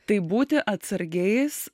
tai būti atsargiais